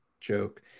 joke